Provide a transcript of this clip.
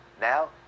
now